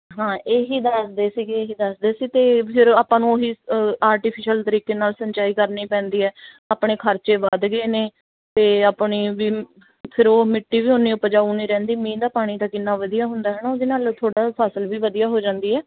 ਹਾਂ ਇਹੀ ਦੱਸਦੇ ਸੀਗੇ ਇਹੀ ਦੱਸਦੇ ਸੀ ਅਤੇ ਫਿਰ ਆਪਾਂ ਨੂੰ ਉਹੀ ਆਰਟੀਫਿਸ਼ਅਲ ਤਰੀਕੇ ਨਾਲ ਸਿੰਚਾਈ ਕਰਨੀ ਪੈਂਦੀ ਹੈ ਆਪਣੇ ਖਰਚੇ ਵੱਧ ਗਏ ਨੇ ਅਤੇ ਆਪਣੀ ਵੀ ਫਿਰ ਉਹ ਮਿੱਟੀ ਵੀ ਓਨੀ ਉਪਜਾਊ ਨਹੀਂ ਰਹਿੰਦੀ ਮੀਂਹ ਦਾ ਪਾਣੀ ਤਾਂ ਕਿੰਨਾ ਵਧੀਆ ਹੁੰਦਾ ਹੈ ਨਾ ਉਹਦੇ ਨਾਲ ਥੋੜ੍ਹਾ ਫਸਲ ਵੀ ਵਧੀਆ ਹੋ ਜਾਂਦੀ ਹੈ